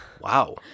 Wow